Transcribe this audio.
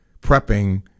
prepping